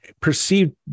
perceived